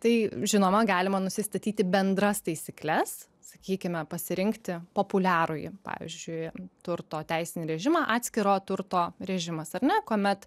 tai žinoma galima nusistatyti bendras taisykles sakykime pasirinkti populiarųjį pavyzdžiui turto teisinį režimą atskiro turto režimas ar ne kuomet